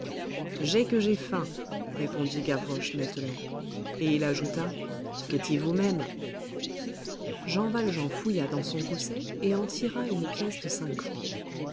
j'ai que j'ai faim répondit gavroche nettement et il ajouta petit vous-même jean valjean fouilla dans son gousset et en tira une pièce de cinq francs